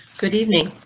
good evening.